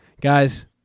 guys